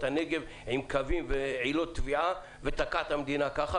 הנגב עם קווים ועילות תביעה ותקע את המדינה כך,